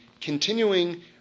continuing